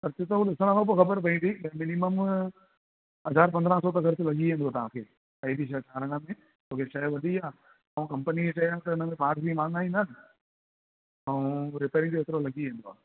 अचु त हूअ ॾिसण खां पोइ खब़र पवंदी मिनिमम हज़ार पंद्रहं सौ त ख़र्चु लॻी वेंदो तव्हांखे काई बि शइ ठाराइण में शइ वॾी आहे ऐं कंपनीअ जी शइ आहे त पार्ट्स बि महांगा ईंदा ऐं रिपेयरिंग जो एतिरो लॻी वेंदो आहे